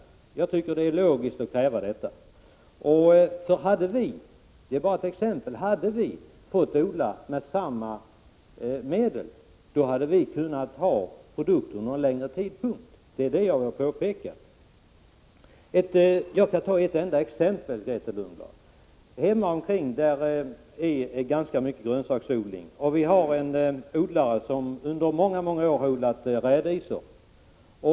Detta tycker jag är logiskt att kräva. Hade vi fått odla med samma medel, hade vi kunnat ha produkten under en längre tid — det är detta jag har velat påpeka. Jag skall ta ett enda exempel. Hemomkring finns ganska många grönsaksodlingar. Vi har en odlare som under många år odlat rädisor.